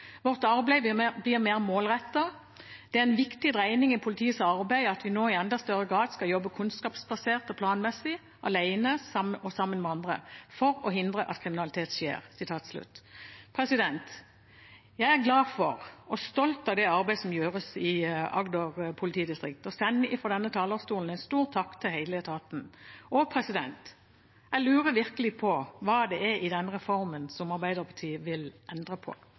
Vårt arbeid blir mer målrettet. Det er en viktig dreining i politiets arbeid at vi nå i enda større grad skal jobbe kunnskapsbasert og planmessig, alene og sammen med andre, for å hindre at kriminalitet skjer.» Jeg er glad for og stolt av det arbeidet som gjøres i Agder politidistrikt, og sender fra denne talerstolen en stor takk til hele etaten. Og jeg lurer virkelig på hva i denne reformen Arbeiderpartiet vil endre på.